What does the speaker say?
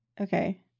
Okay